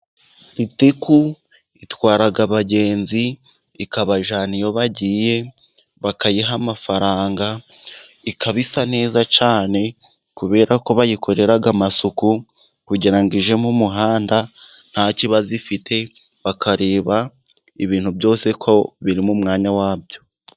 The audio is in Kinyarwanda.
Ritiko itwara abagenzi ikabajyana iyo bagiye bakayiha amafaranga, ikaba isa neza cyane kubera ko bayikorera amasuku, kugira ngo ijye mu muhanda nta kibazo ifite, bakareba ibintu byose ko biri mu mwanya wa byo.